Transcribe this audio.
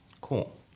Cool